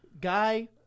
Guy